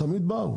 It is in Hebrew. הם תמיד באו,